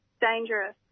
dangerous